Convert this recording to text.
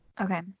Okay